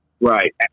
Right